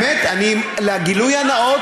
האמת, לגילוי הנאות,